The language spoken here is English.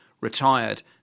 retired